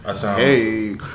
Hey